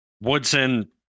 Woodson